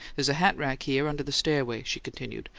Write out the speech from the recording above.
there's a hat-rack here under the stairway, she continued,